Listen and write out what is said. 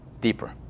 deeper